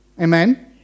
Amen